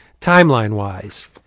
timeline-wise